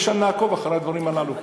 ושם נעקוב אחרי הדברים הללו.